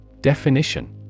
Definition